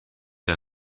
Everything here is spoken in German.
der